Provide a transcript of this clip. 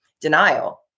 denial